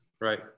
right